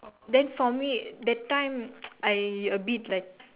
then for me that time I a bit like